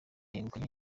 yegukanye